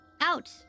out